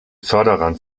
förderern